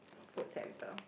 food center